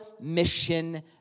mission